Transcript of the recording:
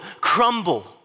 crumble